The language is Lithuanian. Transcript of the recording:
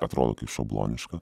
atrodo kaip šabloniška